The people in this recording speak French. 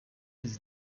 des